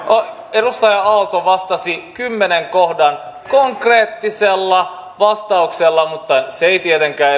edustaja aalto vastasi kymmenen kohdan konkreettisella vastauksella mutta se ei tietenkään